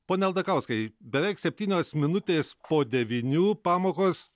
pone aldakauskai beveik septynios minutės po devynių pamokos